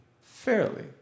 fairly